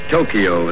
Tokyo